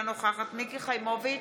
אינה נוכחת מיקי חיימוביץ'